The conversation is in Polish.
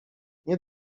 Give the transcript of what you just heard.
nie